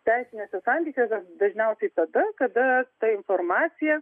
teisiniuose santykiuose dažniausiai tada kada ta informacija